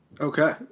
Okay